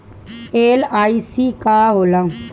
LIC का होला?